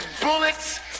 bullets